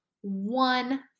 one